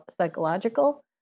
psychological